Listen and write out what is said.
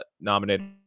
nominated